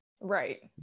right